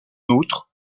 outre